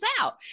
out